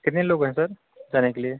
कितने लोग हैं सर जाने के लिए